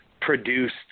produced